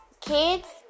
kids